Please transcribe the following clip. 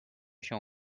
się